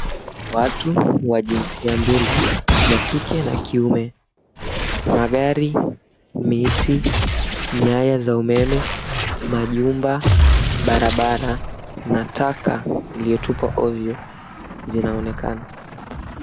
Watu wa jinsia mbili, ya kike na ya kiume. Magari, miti, nyayo za umeme, majumba barabara na taka iliyotupwa ovyo zinaonekana.